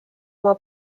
oma